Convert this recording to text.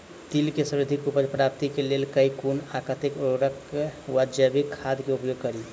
तिल केँ सर्वाधिक उपज प्राप्ति केँ लेल केँ कुन आ कतेक उर्वरक वा जैविक खाद केँ उपयोग करि?